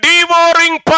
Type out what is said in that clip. devouring